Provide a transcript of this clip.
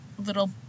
little